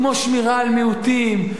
כמו שמירה על מיעוטים,